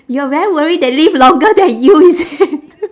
you are very worried they live longer than you is it